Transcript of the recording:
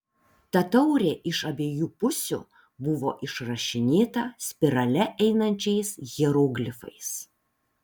ta taurė iš abiejų pusių buvo išrašinėta spirale einančiais hieroglifais